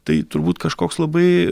tai turbūt kažkoks labai